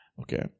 Okay